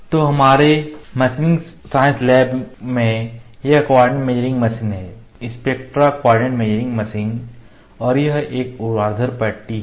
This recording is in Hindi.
तो हमारे मशीनिंग साइंस लैब में यह कोऑर्डिनेट मेजरिंग मशीन है स्पेक्ट्रा कोऑर्डिनेट मेजरिंग मशीन है और यह एक ऊर्ध्वाधर पट्टी है